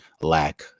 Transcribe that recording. lack